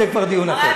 זה כבר דיון אחר.